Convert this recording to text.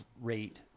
rate